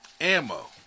Ammo